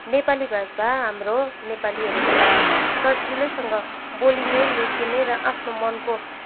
नेपाली भाषा हाम्रो नेपालीहरूको लागि सजिलैसँग बोलिने लेखिने र आफ्नो मनको